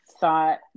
thought